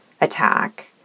attack